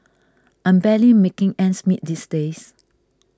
I'm barely making ends meet these days